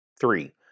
Three